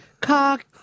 cock